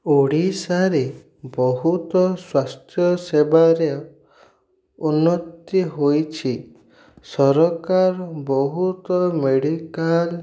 ଓଡ଼ିଶାରେ ବହୁତ ସ୍ୱାସ୍ଥ୍ୟ ସେବାରେ ଉନ୍ନତି ହୋଇଛି ସରକାର ବହୁତ ମେଡ଼ିକାଲ୍